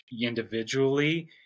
individually